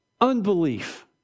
unbelief